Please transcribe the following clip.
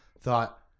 thought